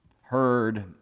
heard